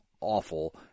awful